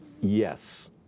Yes